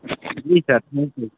ji sir thank you